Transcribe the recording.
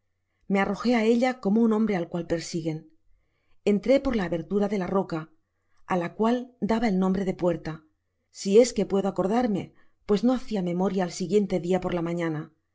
me arrojé á ella como un hombre al cual persiguen entró por la abertura de la roca á la cual daba el nombre de puerta si es que puedo acordarme pues no hacia memoria al siguiente dia por la mañana